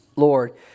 Lord